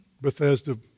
Bethesda